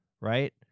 right